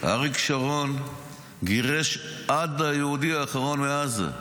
אריק שרון גירש עד היהודי האחרון מעזה.